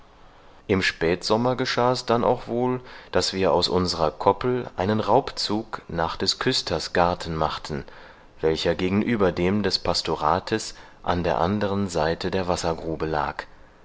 im spätsommer geschah es dann auch wohl daß wir aus unserer koppel einen raubzug nach des küsters garten machten welcher gegenüber dem des pastorates an der anderen seite der wassergrube lag